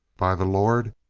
by the lord,